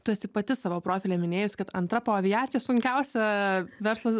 tu esi pati savo profilyje minėjus kad antra po aviacijos sunkiausia verslo